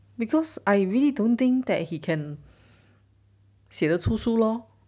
because I really don't think that he can 写得出书 lor